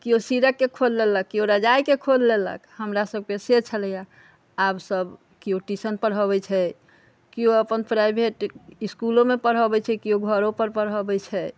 केओ सीरकके खोल लेलक केओ रजाइके खोल लेलक हमरा सबके से छलै आब सब केओ ट्यूशन पढ़बै छै केओ अपन प्राइवेट इसकुलोमे पढ़बै छै केओ घरोपर पढ़बै छै